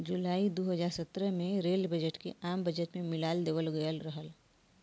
जुलाई दू हज़ार सत्रह में रेल बजट के आम बजट में मिला देवल गयल रहल